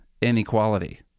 inequality